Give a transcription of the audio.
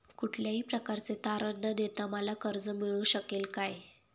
कुठल्याही प्रकारचे तारण न देता मला कर्ज मिळू शकेल काय?